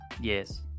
Yes